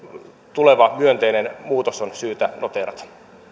tuleva myönteinen muutos on syytä noteerata